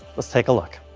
let's take a look.